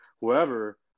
whoever